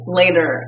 later